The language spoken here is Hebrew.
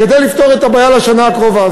כדי לפתור את הבעיה לשנה הקרובה.